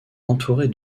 entourée